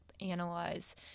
analyze